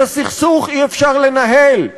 את הסכסוך אי-אפשר לנהל,